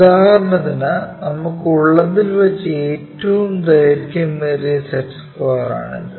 ഉദാഹരണത്തിന് നമുക്കു ഉള്ളതിൽ വെച്ച് ഏറ്റവും ദൈർഘ്യമേറിയ സെറ്റ് സ്ക്വയറാണിത്